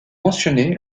mentionné